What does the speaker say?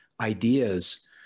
ideas